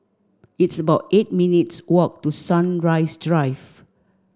it's about eight minutes' walk to Sunrise Drive